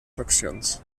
faccions